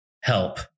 help